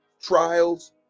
trials